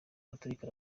araturika